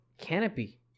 canopy